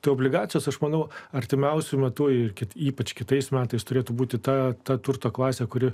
tu obligacijos aš manau artimiausiu metu ir kit ypač kitais metais turėtų būti ta ta turto klasė kuri